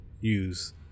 use